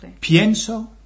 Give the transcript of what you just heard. pienso